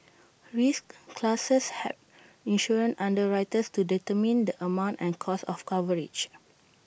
risk classes help insurance underwriters to determine the amount and cost of coverage